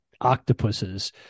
octopuses